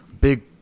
big